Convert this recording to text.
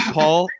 Paul